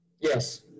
Yes